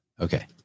Okay